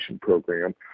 Program